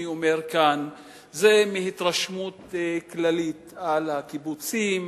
אומר כאן זה מהתרשמות כללית על הקיבוצים,